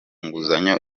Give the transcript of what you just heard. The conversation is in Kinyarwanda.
nguzanyo